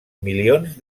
milions